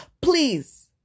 please